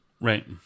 Right